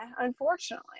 unfortunately